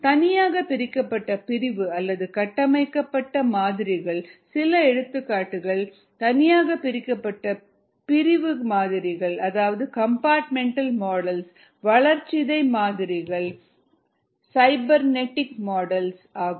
தனியாக பிரிக்கப்பட்ட பிரிவு அல்லது கட்டமைக்கப்பட்ட மாதிரிகளின் சில எடுத்துக்காட்டுகள் தனியாக பிரிக்கப்பட்ட பிரிவு மாதிரிகள் வளர்சிதை மாதிரிகள் சைபர்நெடிக் மாதிரிகள் ஆகும்